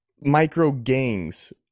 micro-gangs